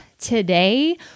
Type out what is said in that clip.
Today